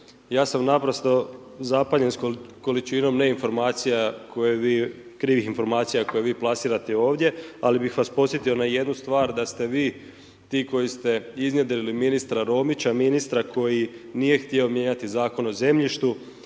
ja sam naprosto zapanjen sa količinom ne informacija koje vi, krivih informacija koje vi plasirate ovdje ali bih vas podsjetio na jednu stvar da ste vi ti koji ste iznjedrili ministra Romića, ministra koji nije htio mijenjati Zakon o zemljištu